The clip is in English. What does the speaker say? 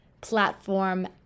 platform